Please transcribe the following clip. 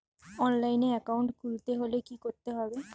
অনলাইনে একাউন্ট খুলতে হলে কি করতে হবে?